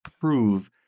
prove